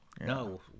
No